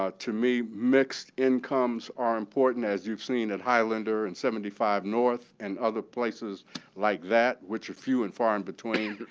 to me, mixed incomes are important, as you've seen at highlander and seventy five north and other places like that, which are few and far and between.